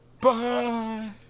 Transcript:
Bye